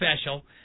special